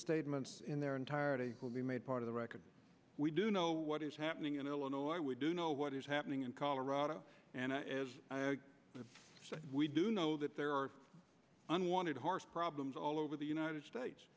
statements in their entirety will be made part of the record we do know what is happening in illinois we do know what is happening in colorado and we do know that there are unwanted horse problems all over the united states